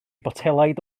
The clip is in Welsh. botelaid